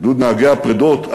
גדוד נהגי הפרדות.